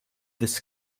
this